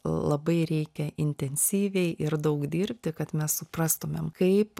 labai reikia intensyviai ir daug dirbti kad mes suprastumėm kaip